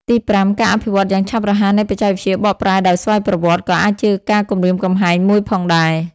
ទីប្រាំ ការអភិវឌ្ឍន៍យ៉ាងឆាប់រហ័សនៃបច្ចេកវិទ្យាបកប្រែដោយស្វ័យប្រវត្តិ ក៏អាចជាការគំរាមកំហែងមួយផងដែរ។